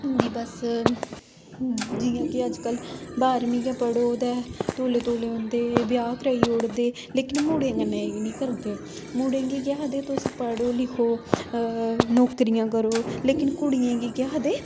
उं'दी बस जियां कि अज्ज कल बाह्रमीं गै पढ़ो ते तौले तौले उं'दे ब्याह् कराई ओड़दे लेकिन मुड़ें कन्नै एह् निं करदे मुड़ें गी आखदे तुस पढ़ो लिखो नौकरियां करो लेकिन कुड़ियें गी केह् आखदे